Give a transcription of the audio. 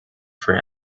for